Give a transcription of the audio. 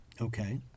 Okay